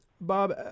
Bob